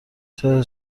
چرا